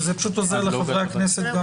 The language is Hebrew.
זה פשוט עוזר לחברי הכנסת.